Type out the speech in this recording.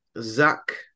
zach